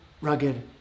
rugged